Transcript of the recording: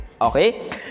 Okay